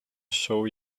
show